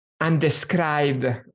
undescribed